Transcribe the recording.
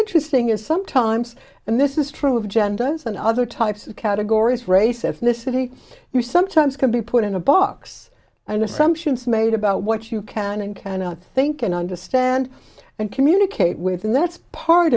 interesting is sometimes and this is true of genders and other types of categories race ethnicity you sometimes can be put in a box and assumptions made about what you can and cannot think and understand and communicate with and that's part